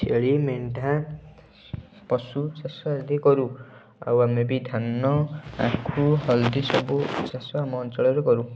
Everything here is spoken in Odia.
ଛେଳି ମେଣ୍ଢା ପଶୁ ଚାଷ ଆଦି କରୁ ଆଉ ଆମେ ବି ଧାନ ଆଖୁ ହଳଦୀ ସବୁ ଚାଷ ଆମ ଅଞ୍ଚଳରେ କରୁ